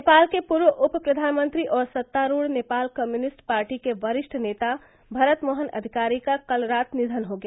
नेपाल के पूर्व उप प्रधानमंत्री और सत्तारूढ़ नेपाल कम्युनिस्ट पार्टी के वरिष्ठ नेता भरत मोहन अधिकारी का कल रात निधन हो गया